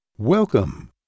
welcome